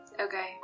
Okay